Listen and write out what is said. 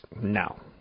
No